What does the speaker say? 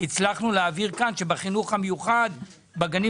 הצלחנו להעביר כאן שבחינוך המיוחד בגנים